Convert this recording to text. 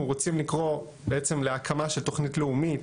רוצים לקרוא להקמה של תוכנית לאומית,